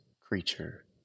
creature